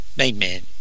Amen